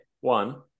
one –